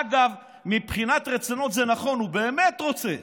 אגב, מבחינת רצונות זה נכון, הוא באמת רוצה,